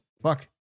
fuck